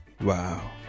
Wow